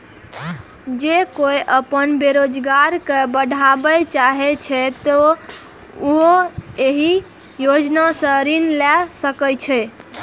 जौं कोइ अपन स्वरोजगार कें बढ़ाबय चाहै छै, तो उहो एहि योजना सं ऋण लए सकै छै